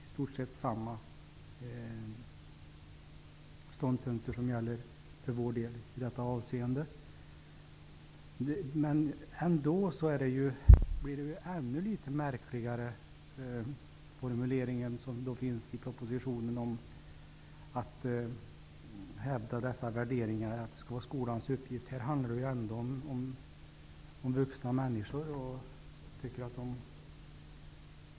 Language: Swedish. I stort sett samma ståndpunkter gäller för Vänsterpartiets del i detta avseende. Den formulering som finns i propositionen om att det skall vara skolans uppgift att hävda dessa värderingar blir ännu litet märkligare i detta sammanhang. Här handlar det ju ändå om vuxna människor.